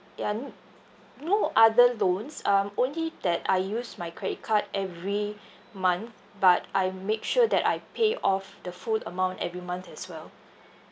ya mm no other loans um only that I use my credit card every month but I make sure that I pay off the full amount every month as well